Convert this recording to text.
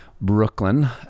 brooklyn